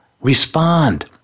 respond